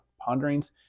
Ponderings